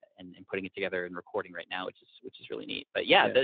and and putting it together and recording right now, which is which is really neat. but yeah, but